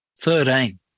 Thirteen